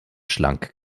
schlank